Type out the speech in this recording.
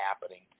happening